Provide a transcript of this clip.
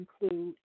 include